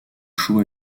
show